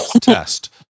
test